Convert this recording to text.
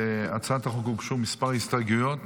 להצעת החוק הוגשו מספר הסתייגויות